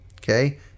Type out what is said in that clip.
okay